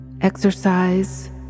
Exercise